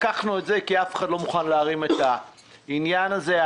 לקחנו את זה כי אף אחד לא מוכן לטפל בעניין הזה.